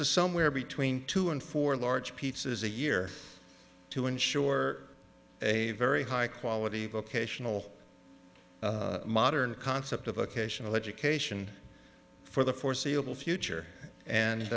is somewhere between two and four large pizzas a year to ensure a very high quality vocational modern concept of occasional education for the foreseeable future